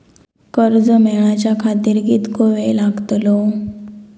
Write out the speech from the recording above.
कर्ज मेलाच्या खातिर कीतको वेळ लागतलो?